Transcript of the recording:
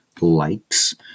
likes